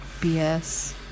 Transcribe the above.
BS